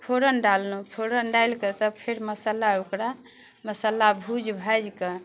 फोड़न डाललहुँ फोड़न डालिके फेर मसल्ला ओकरा मसल्ला भुजि भाजिके